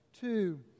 two